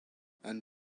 and